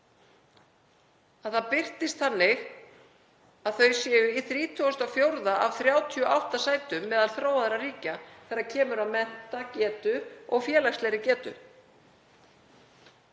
það. Það birtist þannig að þau séu í 34. af 38 sætum meðal þróaðra ríkja þegar kemur að menntagetu og félagslegri getu.